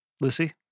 Lucy